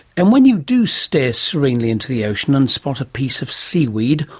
and when you do stare serenely into the ocean and spot a piece of seaweed,